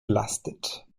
belastet